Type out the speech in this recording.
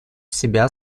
себя